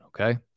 Okay